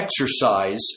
exercise